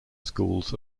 schools